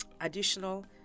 additional